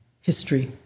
history